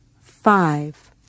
Five